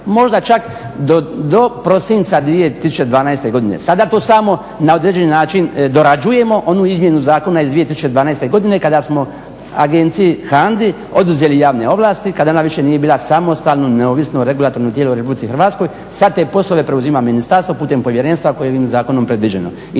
možda čak do prosinca 2012. godine. Sada to samo na određeni način dorađujemo onu izmjenu zakona iz 2012. godine kada smo agenciji HANDA-o oduzeli javne ovlasti, kada ona više nije bila samostalno neovisno regulatorno tijelo u Republici Hrvatskoj. Sad te poslove preuzima ministarstvo putem povjerenstva koje je ovim zakonom predviđeno.